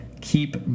keep